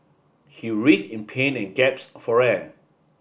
he writhed in pain and gasp for air